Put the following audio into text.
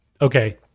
Okay